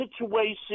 situation